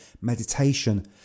meditation